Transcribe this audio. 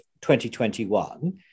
2021